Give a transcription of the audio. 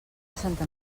santa